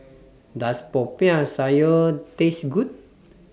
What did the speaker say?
Does Popiah Sayur Taste Good